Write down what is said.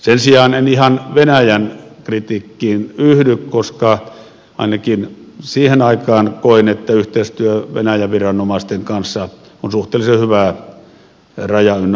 sen sijaan en ihan venäjä kritiikkiin yhdy koska ainakin siihen aikaan koin että yhteistyö venäjän viranomaisten kanssa on suhteellisen hyvää raja ynnä muuta